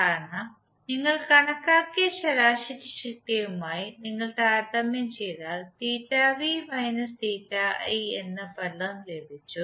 കാരണം നിങ്ങൾ കണക്കാക്കിയ ശരാശരി ശക്തിയുമായി നിങ്ങൾ താരതമ്യം ചെയ്താൽ എന്ന പദം ലഭിച്ചു